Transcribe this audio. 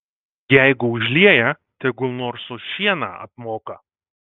jeigu užlieja tegul nors už šieną apmoka